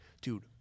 Dude